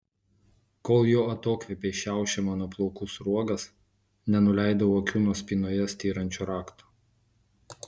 kol jo atokvėpiai šiaušė mano plaukų sruogas nenuleidau akių nuo spynoje styrančio rakto